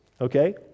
okay